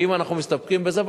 האם אנחנו מסתפקים בזה?